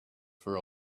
for